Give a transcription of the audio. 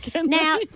Now